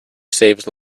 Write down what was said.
saves